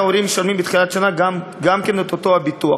וההורים משלמים בתחילת שנה גם את אותו הביטוח.